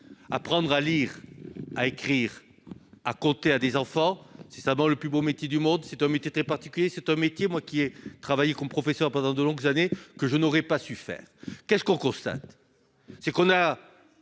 apprendre à lire, à écrire, à compter à des enfants est sûrement le plus beau métier du monde, mais c'est un métier très particulier, un métier que moi qui ai travaillé comme professeur pendant de longues années, je n'aurais pas su exercer. Ces dernières